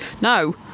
no